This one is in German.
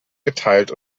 geteilt